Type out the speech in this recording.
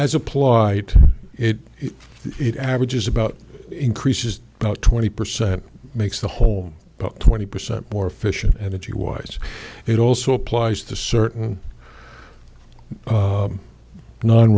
has applied to it it averages about increases about twenty percent makes the whole book twenty percent more efficient energy wise it also applies to certain